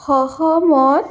সহমত